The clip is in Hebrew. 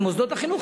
במוסדות החינוך,